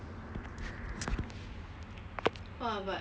like you stand one line then I remember I